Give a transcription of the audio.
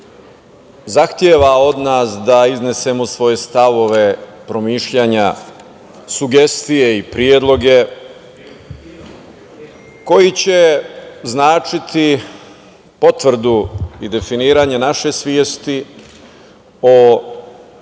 zahteva od nas da iznesemo stavove promišljanja, sugestije i predloge koji će značiti potvrdu i definisanje naše svesti o